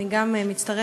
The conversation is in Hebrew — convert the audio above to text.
אני גם מצטרפת,